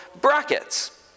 brackets